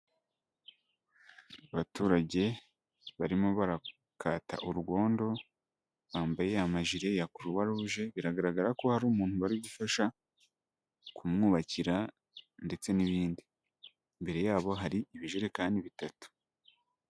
Abaturage barimo barakata urwondo, bambaye amajire ya croix rouge biragaragara ko hari umuntu bari gufasha kumwubakira ndetse n'ibindi. imbere yabo hari ibijerekani bitatu.